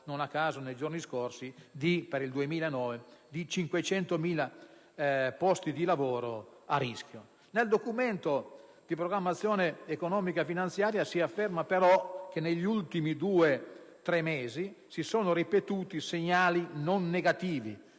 non a caso nei giorni scorsi ha parlato di 500.000 posti di lavoro a rischio per il 2009. Nel Documento di programmazione economico-finanziaria si afferma però che negli ultimi due, tre mesi si sono ripetuti segnali non negativi,